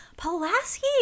Pulaski